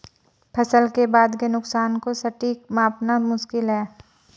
फसल के बाद के नुकसान को सटीक मापना मुश्किल है